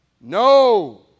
No